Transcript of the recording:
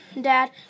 dad